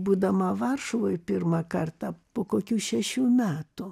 būdama varšuvoj pirmą kartą po kokių šešių metų